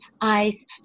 ice